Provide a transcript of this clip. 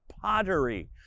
pottery